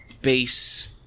base